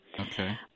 Okay